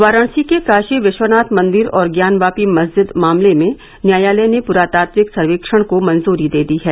वाराणसी के काशी विश्वनाथ मंदिर और ज्ञानवापी मस्जिद मामले में न्यायालय ने पुरातात्विक सर्वेक्षण को मंजूरी दे दी है